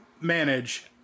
manage